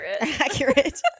Accurate